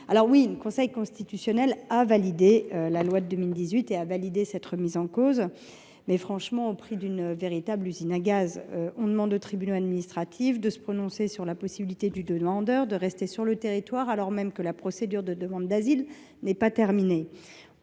Certes, le Conseil constitutionnel a validé cette remise en cause, mais au prix d’une véritable usine à gaz : on demande au tribunal administratif de se prononcer sur la possibilité du demandeur de rester sur le territoire, alors même que la procédure de demande d’asile n’est pas terminée.